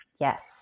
Yes